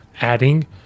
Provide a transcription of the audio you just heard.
adding